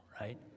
right